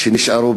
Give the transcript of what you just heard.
נשארו,